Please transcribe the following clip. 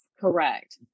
correct